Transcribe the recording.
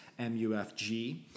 MUFG